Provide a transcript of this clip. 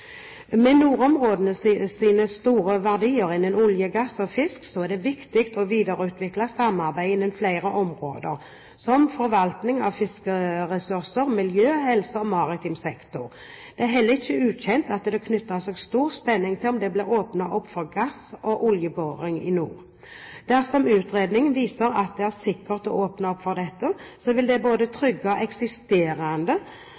Med nordområdenes store verdier innen olje, gass og fiskeri er det viktig å videreutvikle samarbeidet på flere områder, som forvaltning av fiskeressurser, miljø, helse og maritim sektor. Det er heller ikke ukjent at det knytter seg stor spenning til om det blir åpnet opp for gass- og oljeboring i nord. Dersom utredninger viser at det er sikkert å åpne opp for dette, vil det både